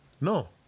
No